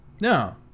No